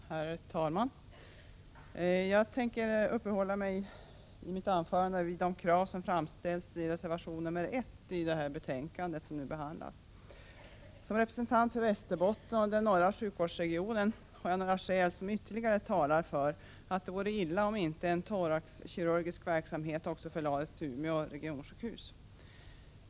Herr talman! Jag tänker i mitt anförande uppehålla mig vid de krav som framställs i reservation nr 1 till detta betänkande. Såsom representant för Västerbotten och den norra sjukvårdsregionen vill jag framföra några skäl, som ytterligare talar för att det vore illa om inte också en thoraxkirurgisk verksamhet förlades till Umeå regionsjukhus.